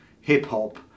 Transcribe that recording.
hip-hop